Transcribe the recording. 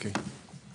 כלומר,